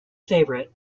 favorite